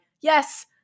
yes